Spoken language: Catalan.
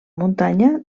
muntanya